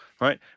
right